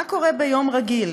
מה קורה ביום רגיל?